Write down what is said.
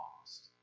lost